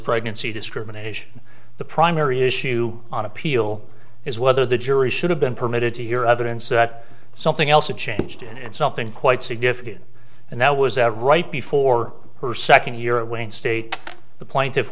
pregnancy discrimination the primary issue on appeal is whether the jury should have been permitted to your evidence that something else a changed and something quite significant and that was out right before her second year at wayne state the plaintiff